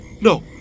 No